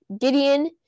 Gideon